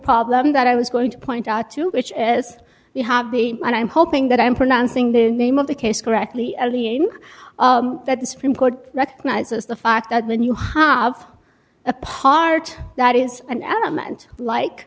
problem that i was going to point out to which as you have been and i'm hoping that i'm pronouncing the name of the case correctly only in that the supreme court recognizes the fact that when you hire have a part that is an